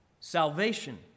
Salvation